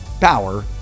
power